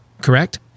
correct